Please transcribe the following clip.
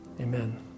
Amen